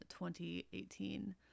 2018